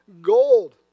gold